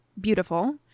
beautiful